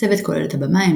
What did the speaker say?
הצוות כולל את הבמאי,